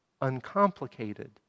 uncomplicated